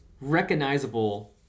recognizable